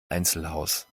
einzelhaus